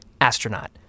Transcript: Astronaut